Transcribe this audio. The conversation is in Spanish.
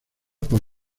por